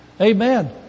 Amen